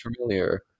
familiar